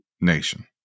nation